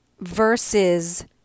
versus